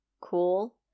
cool